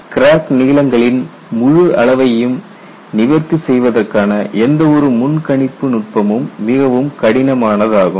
crack நீளங்களின் முழு அளவையும் நிவர்த்தி செய்வதற்கான எந்த ஒரு முன்கணிப்பு நுட்பமும் மிகவும் கடினமானதாகும்